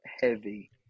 heavy